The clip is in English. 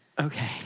Okay